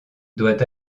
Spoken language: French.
doit